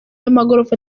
y’amagorofa